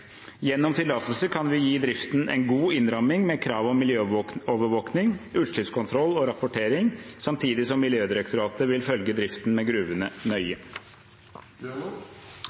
Gjennom tillatelse kan vi gi driften en god innramming med krav om miljøovervåkning, utslippskontroll og rapportering, samtidig som Miljødirektoratet vil følge driften ved gruvene nøye.